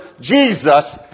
Jesus